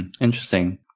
Interesting